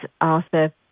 Arthur